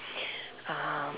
um